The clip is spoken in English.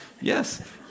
Yes